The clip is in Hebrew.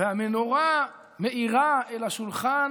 והמנורה מאירה אל השולחן,